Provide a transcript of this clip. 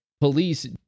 police